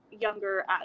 younger